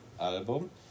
album